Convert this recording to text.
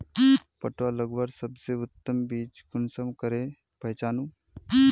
पटुआ लगवार सबसे उत्तम बीज कुंसम करे पहचानूम?